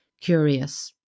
curious